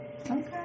Okay